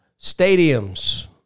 stadiums